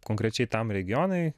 konkrečiai tam regionui